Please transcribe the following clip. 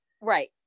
Right